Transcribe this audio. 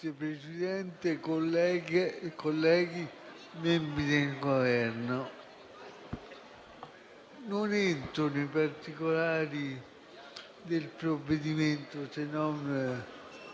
Presidente, colleghe e colleghi, membri del Governo, non entro nei particolari del provvedimento, se non